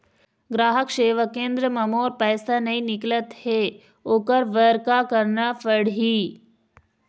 ग्राहक सेवा केंद्र म मोर पैसा नई निकलत हे, ओकर बर का करना पढ़हि?